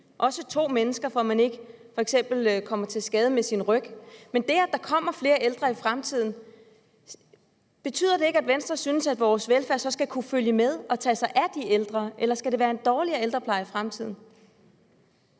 også to personer, for at man f.eks. ikke kommer til skade med sin ryg. Men betyder det, at der kommer flere ældre i fremtiden, ikke, at Venstre synes, at vores velfærd så skal kunne følge med, og at vi så skal kunne tage os af de ældre, eller skal det være en dårligere ældrepleje i fremtiden?